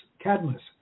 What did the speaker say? Cadmus